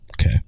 Okay